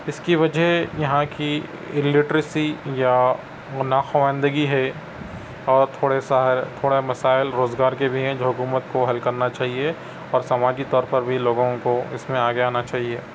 اس کی وجہ یہاں کی الٹریسی یا ناخواندگی ہے اور تھوڑے شہر تھوڑا مسائل روزگار کے بھی ہیں جو حکومت کو حل کرنا چاہیے اور سماجی طور پر لوگوں کو اس میں آگے آنا چاہیے